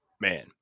Man